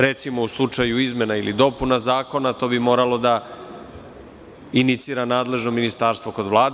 Recimo, u slučaju izmena ili dopuna zakona, to bi moralo da inicira nadležno ministarstvo kod Vlade.